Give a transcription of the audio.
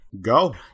Go